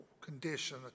condition